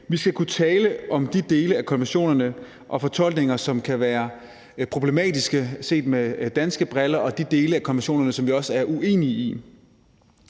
Vi skal kunne tale om de dele af konventionerne og fortolkninger heraf, som kan være problematiske set med danske briller, og de dele af konventionerne, som vi også er uenige i.